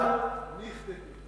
אני החטאתי אותם.